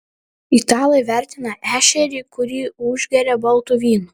italai vertina ešerį kurį užgeria baltu vynu